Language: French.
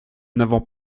n’avons